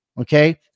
okay